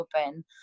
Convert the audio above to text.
Open